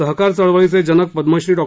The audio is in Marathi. सहकार चळवळीचे जनक पद्मश्री डॉ